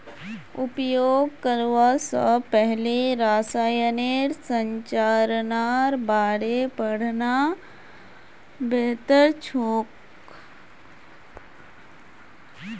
उपयोग करवा स पहले रसायनेर संरचनार बारे पढ़ना बेहतर छोक